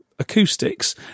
Acoustics